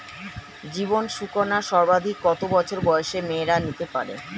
জীবন সুকন্যা সর্বাধিক কত বছর বয়সের মেয়েরা নিতে পারে?